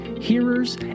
hearers